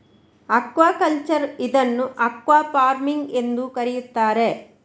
aquaculture ಇದನ್ನು aquafarming ಎಂದೂ ಕರೆಯುತ್ತಾರೆ